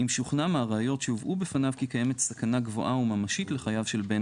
אם שוכנע מהראיות שהובאו בפניו כי קיימת סכנה גבוהה וממשית לחייו של בן